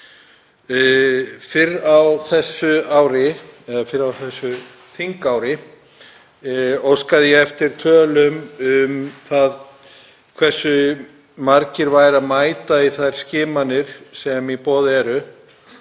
Fyrr á þessu þingári óskaði ég eftir tölum um það hversu margir væru að mæta í þær skimanir sem í boði eru